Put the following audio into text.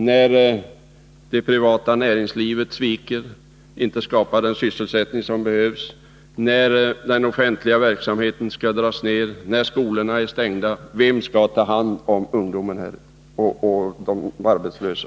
När det privata näringslivet sviker och inte skapar den sysselsättning som behövs, när den offentliga verksamheten skall dras ner, när skolorna är stängda — vem skall då ta hand om ungdomen och de arbetslösa?